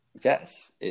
Yes